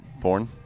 Porn